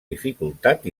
dificultat